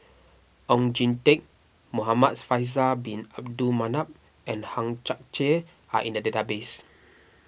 Oon Jin Teik Muhamad Faisal Bin Abdul Manap and Hang Chang Chieh are in the database